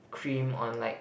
cream on like